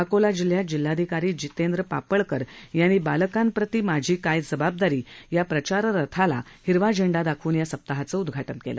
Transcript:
अकोला जिल्ह्यात जिल्हाधिकारी जितेंद्र पापळकर यांनी बालकांप्रती माझी काय जबाबदारी या प्रचार रथाला हिरवी झेंडा दाखवून या सप्ताहाचं उदधाटन केलं